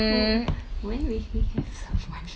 who when will he have someone